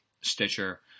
Stitcher